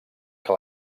que